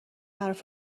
حرف